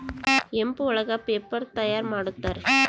hemp ಒಳಗ paper ತಯಾರ್ ಮಾಡುತ್ತಾರೆ